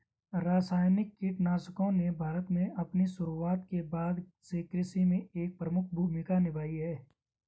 रासायनिक कीटनाशकों ने भारत में अपनी शुरूआत के बाद से कृषि में एक प्रमुख भूमिका निभाई है